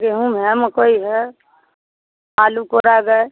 गेहूँ है मकई है आलू कोराग है